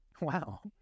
Wow